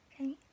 okay